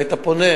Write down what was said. היית פונה,